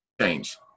change